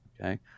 Okay